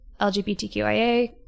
LGBTQIA